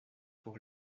pour